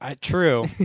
True